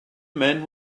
men